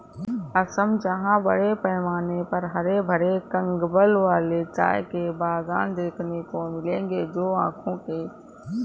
असम जहां बड़े पैमाने पर हरे भरे कंबल वाले चाय के बागान देखने को मिलेंगे जो आंखों के लिए एक इलाज है